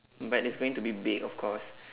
but it's going to be big of course